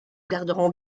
garderons